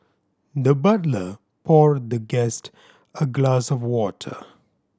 the butler poured the guest a glass of water